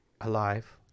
alive